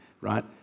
right